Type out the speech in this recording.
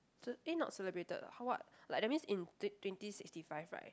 s~ eh not celebrated ah ha~ what like that means in t~ twenty sixty five right